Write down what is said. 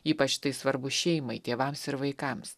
ypač tai svarbu šeimai tėvams ir vaikams